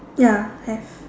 ya have